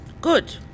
Good